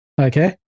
Okay